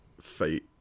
fight